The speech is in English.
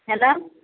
hello